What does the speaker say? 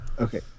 Okay